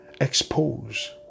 Expose